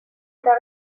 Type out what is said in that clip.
eta